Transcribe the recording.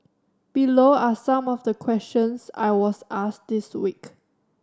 below are some of the questions I was asked this week